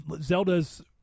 Zelda's